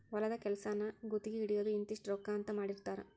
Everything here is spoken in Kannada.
ಹೊಲದ ಕೆಲಸಾನ ಗುತಗಿ ಹಿಡಿಯುದು ಇಂತಿಷ್ಟ ರೊಕ್ಕಾ ಅಂತ ಮಾತಾಡಿರತಾರ